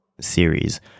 series